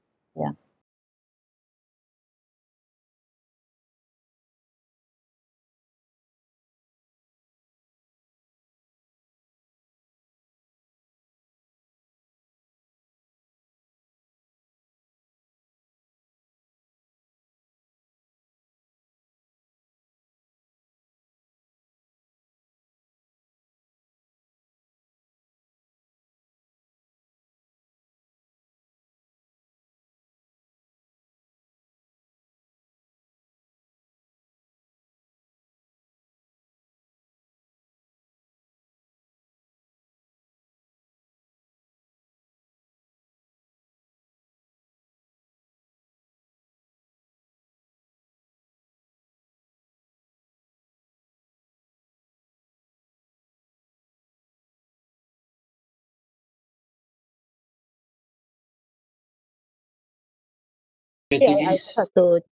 yeah K K I just have to